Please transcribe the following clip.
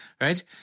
Right